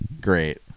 Great